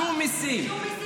שום מיסים.